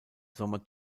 sommer